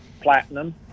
Platinum